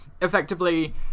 effectively